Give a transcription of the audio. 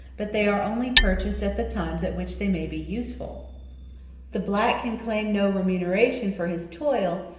but they are only purchased at the times at which they may be useful the black can claim no remuneration for his toil,